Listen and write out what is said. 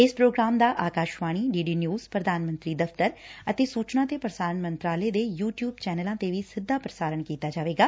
ਇਸ ਪ੍ਰੋਗਰਾਮ ਦਾ Akashvani D D news ਪ੍ਰਧਾਨ ਮੰਤਰੀ ਦਫ਼ਤਰ ਅਤੇ ਸੁਚਨਾ ਤੇ ਪ੍ਰਸਾਰਣ ਮੰਤਰਾਲੇ ਦੇ ਯੁ ਟਿਊਬ ਚੈਨਲਾਂ ਤੇ ਵੀ ਸਿੱਧਾ ਪੁਸਾਰਣ ਕੀਤਾ ਜਾਵੇਗਾ